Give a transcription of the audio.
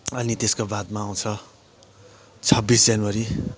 अनि त्यसको बादमा आउँछ छब्बिस जनवरी